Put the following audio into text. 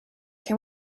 can